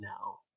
now